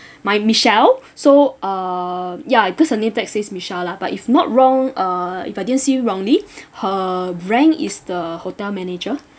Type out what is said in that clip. my michelle so uh ya because her name tag says michelle lah but if not wrong uh if I didn't see wrongly her rank is the hotel manager